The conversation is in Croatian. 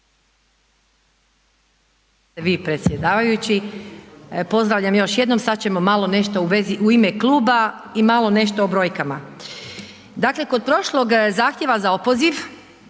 Vi predsjedavajući, pozdravljam još jednom, sad ćemo nešto malo u vezi u ime kluba i malo nešto o brojkama. Dakle, kod prošlog zahtjeva za opoziv